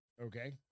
Okay